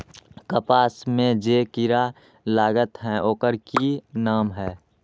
कपास में जे किरा लागत है ओकर कि नाम है?